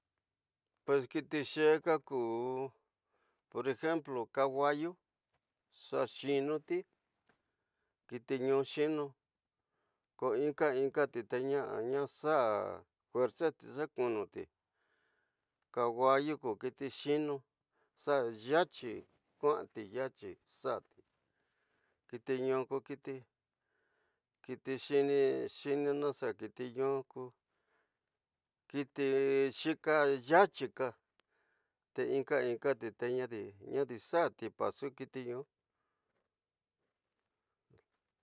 Pues kiti xeka ku, por ejemplo, kawa yu xa xiñuti, kiti ñu xiñu, ko inka, inka ti te ñaxa ñaxa fuerza xa kunu ti, kawa yu ko kiti xiñu, xa yatyi kuña ti, yatyi xa kiti ñu ko kiti xiñina xa kiti ñu ko kiti xeka yatyi ka te inka, inka te ñadi xaati pasu kiti ñu